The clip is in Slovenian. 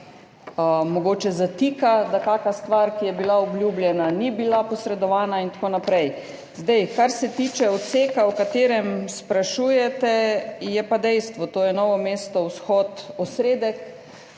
mogoče zatika, da kakšna stvar, ki je bila obljubljena, ni bila posredovana in tako naprej. Kar se tiče odseka, o katerem sprašujete, to je Novo mesto – vzhod do